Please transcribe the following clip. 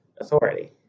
authority